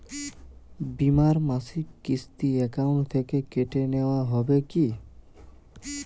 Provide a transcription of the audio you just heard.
বিমার মাসিক কিস্তি অ্যাকাউন্ট থেকে কেটে নেওয়া হবে কি?